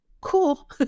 cool